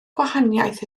gwahaniaeth